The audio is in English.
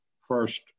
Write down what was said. first